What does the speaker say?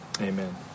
Amen